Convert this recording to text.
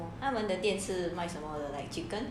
它们的店是买什么的 like chicken